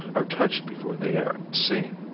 are touched before they are seen.